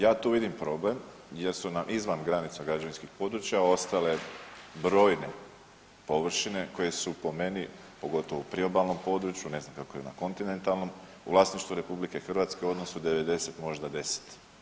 Ja tu vidim problem, jer su nam izvan granica građevinskog područja ostale brojne površine koje su po meni, pogotovo u priobalnom području, ne znam kako je na kontinentalnom u vlasništvu Republike Hrvatske u odnosu 90 možda 10.